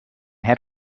head